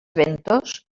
ventós